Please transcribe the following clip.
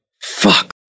fuck